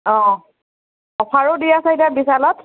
অঁ অ'ফাৰো দি আছে এতিয়া বিশালত